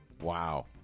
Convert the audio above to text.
Wow